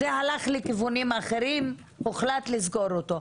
זה הלך לכיוונים אחרים, הוחלט לסגור אותו.